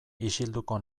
isilduko